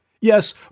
Yes